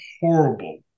horrible